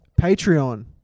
Patreon